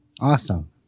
Awesome